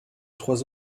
trois